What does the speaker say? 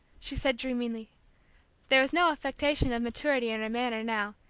she said dreamily there was no affectation of maturity in her manner now,